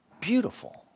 beautiful